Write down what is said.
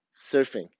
surfing